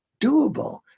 doable